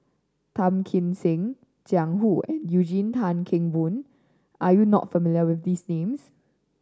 Tan Kim Seng Jiang Hu and Eugene Tan Kheng Boon are you not familiar with these names